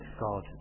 God